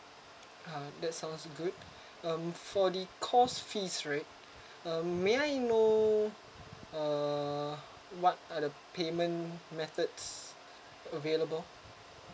uh that's sounds good um for the course fees right um may I know uh what are the payment methods available